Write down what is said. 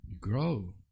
grow